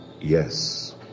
Yes